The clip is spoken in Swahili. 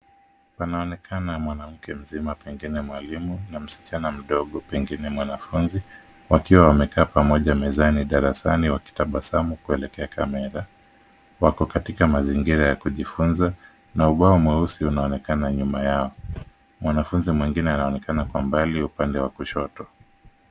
Panaonekana mwanamke mzima pengine mwalimu, na msichana mdogo pengine mwanafunzi, wakiwa wamekaa pamoja mezani darasani wakitabasamu kuelekea kamera. Wako katika mazingira ya kujifunza, na ubao mweusi unaonekana nyuma yao. Mwanafunzi mwingine anaonekana kwa mbali upande wa kushoto.